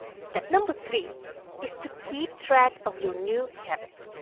step number three is to keep track of your new habit.